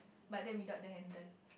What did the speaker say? but they without the handle